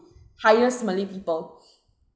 hires malay people